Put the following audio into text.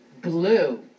blue